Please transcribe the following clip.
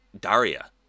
Daria